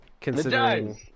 considering